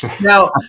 Now